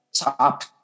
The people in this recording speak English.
top